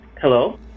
Hello